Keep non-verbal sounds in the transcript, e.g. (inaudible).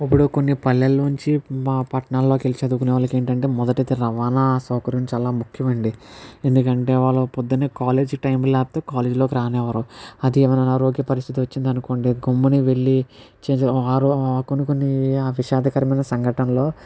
ఇప్పుడు కొన్ని పల్లెల్లోంచి మా పట్టణాల్లోకి వెళ్ళి చదువుకునే వాళ్ళకి ఏమిటంటే మొదటిది రవాణా సౌకర్యం చాలా ముఖ్యము అండి ఎందుకంటే వాళ్ళు పొద్దున్నే కాలేజీ టైంకి లేకపోతే కాలేజీలోకి రానివ్వరు అది ఏమైనా ఆరోగ్య పరిస్థితి వచ్చిందనుకోండి గమ్మున వెళ్ళి (unintelligible) ఆరు కొన్ని కొన్ని విషాదకరమైన సంఘటనలో